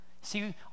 See